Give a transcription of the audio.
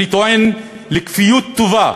אני טוען לכפיות טובה